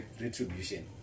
retribution